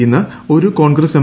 ഇന്ന് ഒരു കോൺഗ്രസ് എം